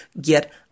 get